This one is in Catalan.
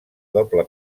doble